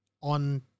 on